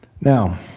Now